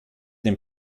den